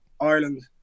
Ireland